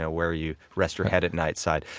ah where you rest your head at night side.